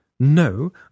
No